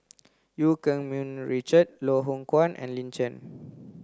Eu Keng Mun Richard Loh Hoong Kwan and Lin Chen